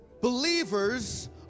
believers